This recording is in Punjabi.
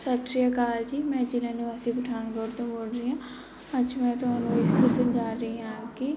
ਸਤਿ ਸ਼੍ਰੀ ਅਕਾਲ ਜੀ ਮੈਂ ਜ਼ਿਲ੍ਹਾ ਨਿਵਾਸੀ ਪਠਾਨਕੋਟ ਤੋਂ ਬੋਲ ਰਹੀ ਹਾਂ ਅੱਜ ਮੈਂ ਤੁਹਾਨੂੰ ਇਹ ਦੱਸਣ ਜਾ ਰਹੀ ਹਾਂ ਕਿ